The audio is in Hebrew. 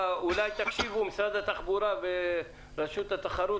משרד התחבורה ורשות התחרות,